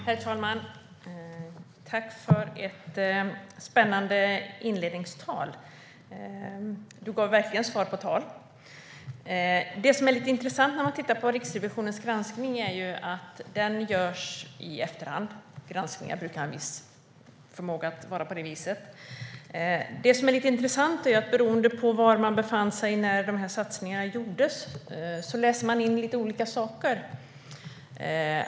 Herr talman! Tack för ett spännande inledningstal. Du gav verkligen svar på tal. Det som är lite intressant när man tittar på Riksrevisionens granskning är att den görs i efterhand. Granskningar brukar ha en viss förmåga att vara på det viset. Det är också lite intressant att beroende på var man befann sig när satsningarna gjordes läser man in lite olika saker.